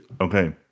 okay